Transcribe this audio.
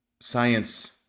science